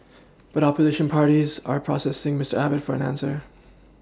but opposition parties are pressing Miss Abbott for an answer